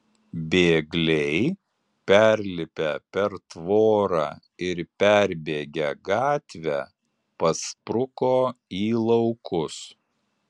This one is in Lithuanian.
bėgliai perlipę per tvorą ir perbėgę gatvę paspruko į laukus